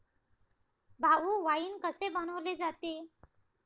भाऊ, वाइन कसे बनवले जाते?